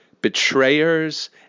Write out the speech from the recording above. Betrayers